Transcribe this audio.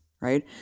right